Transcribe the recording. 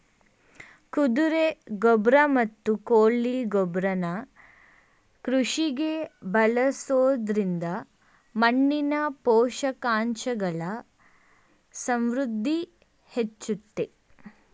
ಕುದುರೆ ಗೊಬ್ರ ಮತ್ತು ಕೋಳಿ ಗೊಬ್ರನ ಕೃಷಿಗೆ ಬಳಸೊದ್ರಿಂದ ಮಣ್ಣಿನ ಪೋಷಕಾಂಶಗಳ ಸಮೃದ್ಧಿ ಹೆಚ್ಚುತ್ತೆ